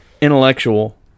intellectual